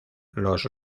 los